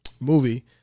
movie